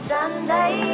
Sunday